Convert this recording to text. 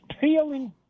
peeling